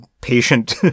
patient